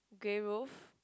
grey roof